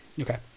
Okay